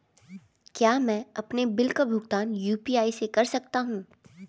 क्या मैं अपने बिल का भुगतान यू.पी.आई से कर सकता हूँ?